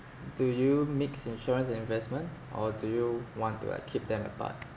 do you mix insurance and investment or do you want to like keep them apart